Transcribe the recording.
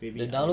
maybe I would